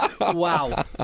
Wow